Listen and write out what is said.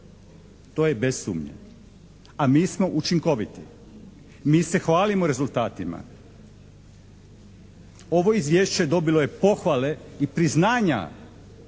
To je bez sumnje, a mi smo učinkoviti, mi se hvalimo rezultatima. Ovo izvješće dobilo je pohvale i priznanja